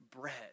bread